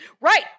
Right